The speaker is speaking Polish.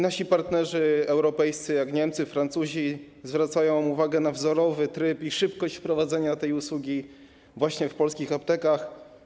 Nasi partnerzy europejscy jak Niemcy, Francuzi zwracają uwagę na wzorowy tryb i szybkość wprowadzenia tej usługi właśnie w polskich aptekach.